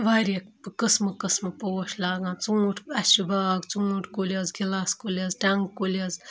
واریاہ قٕسمہٕ قٕسمہٕ پوش لاگان ژوٗنٛٹھۍ اَسہِ چھِ باغ ژوٗںٛٹھۍ کُلۍ حظ گِلاس کُلۍ حظ ٹنٛگہٕ کُلۍ حظ